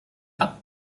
pas